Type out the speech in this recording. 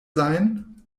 sein